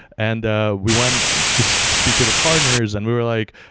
and ah we won to speak with the partners and we were like,